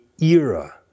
era